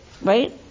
right